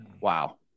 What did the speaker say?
wow